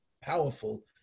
powerful